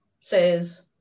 says